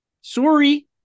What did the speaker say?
Sorry